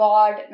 God